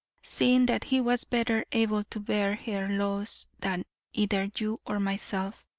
seeing that he was better able to bear her loss than either you or myself,